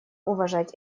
уважать